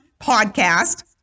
podcast